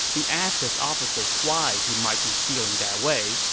he asked his officers why he might be feeling that way,